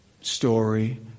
Story